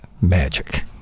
magic